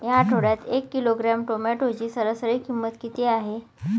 या आठवड्यात एक किलोग्रॅम टोमॅटोची सरासरी किंमत किती आहे?